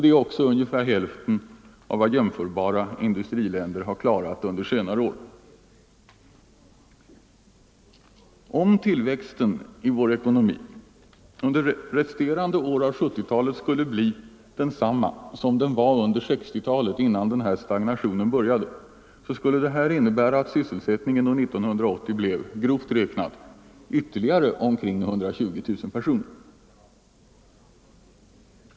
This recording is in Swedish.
Det är också ungefär hälften av vad jämförbara industriländer har klarat under senare år. Om tillväxten i vår ekonomi under resterande år av 1970-talet skulle bli densamma som under 1960-talet, innan vår ekonomi började stagnera, skulle detta innebära att antalet sysselsatta år 1980 grovt räknat ökade med ytterligare omkring 120 000 personer.